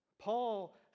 Paul